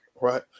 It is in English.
right